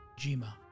Jima